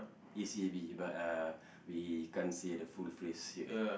A_C_A_B but uh we can't say the full phrase here